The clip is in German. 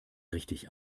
richtig